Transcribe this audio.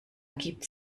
gibt